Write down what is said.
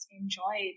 enjoy